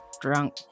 drunk